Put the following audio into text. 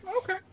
Okay